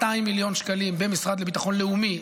200 מיליון שקלים במשרד לביטחון לאומי,